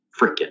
freaking